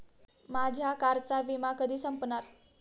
माझ्या कारचा विमा कधी संपणार